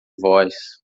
voz